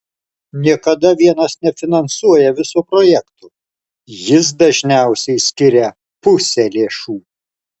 niekada vienas nefinansuoja viso projekto jis dažniausiai skiria pusę lėšų